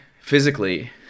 physically